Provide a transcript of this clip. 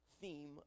theme